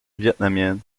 vietnamienne